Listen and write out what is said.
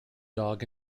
dog